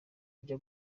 ujya